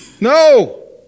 No